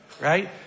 Right